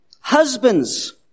husbands